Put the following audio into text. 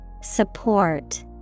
Support